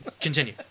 Continue